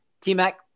T-Mac